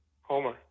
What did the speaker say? Homer